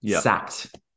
Sacked